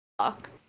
fuck